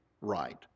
right